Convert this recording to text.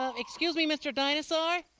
ah excuse me, mr. dinosaur?